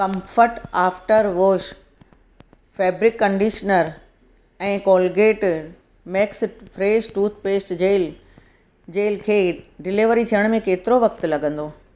comfort after wash fabric conditioner ऐं Colgate max fresh toothpaste gel fresh खे delivery थियण में केतिरो वक़्तु लॻंदो